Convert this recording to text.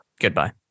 goodbye